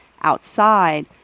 outside